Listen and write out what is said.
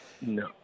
No